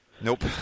Nope